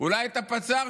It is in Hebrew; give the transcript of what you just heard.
אולי את הפצ"ר,